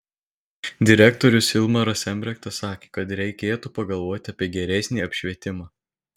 direktorius ilmaras embrektas sakė kad reikėtų pagalvoti apie geresnį apšvietimą